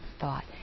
thought